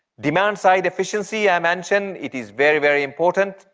demand-side efficiency, i mentioned, it is very, very important.